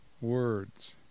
words